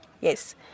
Yes